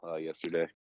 yesterday